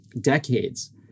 decades